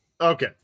Okay